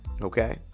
okay